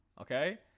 Okay